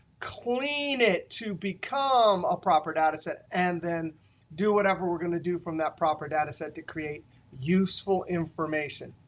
clean it to become a proper data set, and then do whatever we're going to do from that proper data set to create useful information.